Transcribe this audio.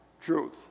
truth